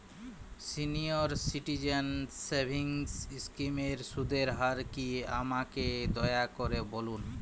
senior citizen savings স্কিমের সুদের হার কী আমাকে দয়া করে বলুন